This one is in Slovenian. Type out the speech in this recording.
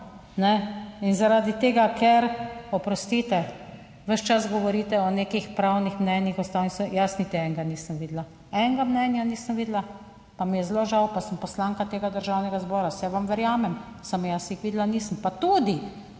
In zaradi tega ker, oprostite, ves čas govorite o nekih pravnih mnenjih, ustavni... Jaz niti enega nisem videla. Enega mnenja nisem videla, pa mi je zelo žal, pa sem poslanka tega Državnega zbora. Saj vam verjamem, samo jaz jih videla nisem. Pa tudi